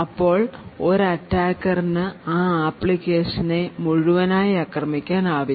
അപ്പോൾ ഒരു Attacker നു ആ ആപ്ലിക്കേഷനെ മുഴുവനായി ആക്രമിക്കാൻ ആവില്ല